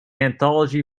anthology